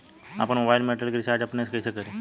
आपन मोबाइल में एयरटेल के रिचार्ज अपने से कइसे करि?